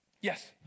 Yes